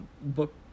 Book